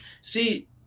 See